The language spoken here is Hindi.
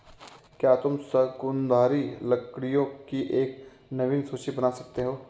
क्या तुम शंकुधारी लकड़ियों की एक नवीन सूची बना सकते हो?